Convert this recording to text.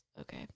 okay